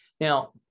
Now